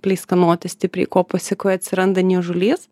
pleiskanoti stipriai ko pasekoje atsiranda niežulys